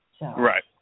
Right